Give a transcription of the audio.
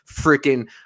freaking